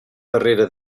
darrera